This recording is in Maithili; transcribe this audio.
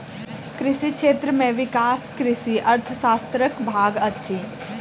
कृषि क्षेत्र में विकास कृषि अर्थशास्त्रक भाग अछि